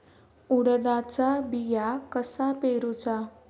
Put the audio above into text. उडदाचा बिया कसा पेरूचा?